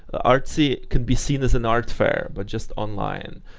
artsy can be seen as an art fair, but just online,